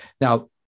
Now